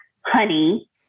honey